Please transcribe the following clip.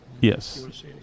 yes